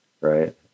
right